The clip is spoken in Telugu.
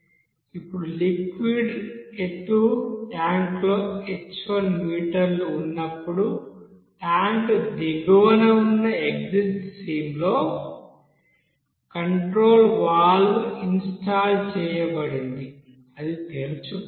ఇప్పుడు లిక్విడ్ ఎత్తు ట్యాంక్లో h1 మీటర్లు ఉన్నప్పుడు ట్యాంక్ దిగువన ఉన్న ఎగ్జిట్ స్ట్రీమ్ లో కంట్రోల్ వాల్వ్ ఇన్స్టాల్ చేయబడింది అది తెరుచుకుంటుంది